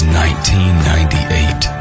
1998